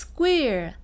Square